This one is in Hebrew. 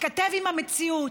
מתכתב עם המציאות,